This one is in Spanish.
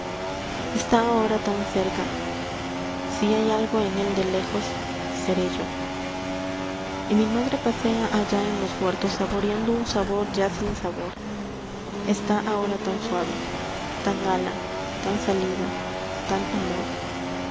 está ahora tan cerca si hay algo en él de lejos seré yo y mi madre pasea allá en los huertos saboreando un sabor ya sin sabor está ahora tan suave táñala tan salida tan amor